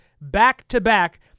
back-to-back